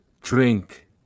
drink